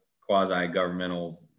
quasi-governmental